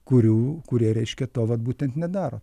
kurių kurie reiškia to vat būtent nedaro